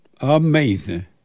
Amazing